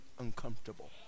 uncomfortable